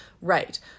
right